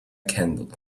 candle